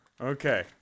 Okay